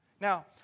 Now